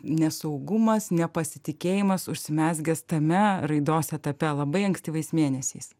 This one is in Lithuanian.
nesaugumas nepasitikėjimas užsimezgęs tame raidos etape labai ankstyvais mėnesiais